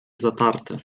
zatarte